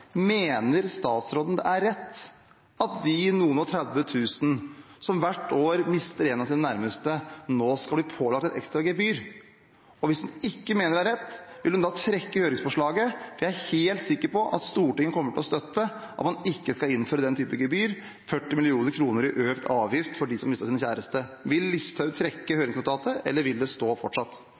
Mener statsråden det er rett at de noen og tretti tusen som hvert år mister en av sine nærmeste, nå skal bli pålagt et ekstra gebyr? Og hvis hun ikke mener det er rett, vil hun da trekke høringsforslaget? Jeg er helt sikker på at Stortinget kommer til å støtte at man ikke skal innføre den typen gebyr – 40 mill. kr i økt avgift for dem som har mistet sin kjæreste. Vil statsråd Listhaug trekke høringsnotatet, eller vil det fortsatt stå?